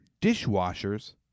dishwashers